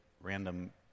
random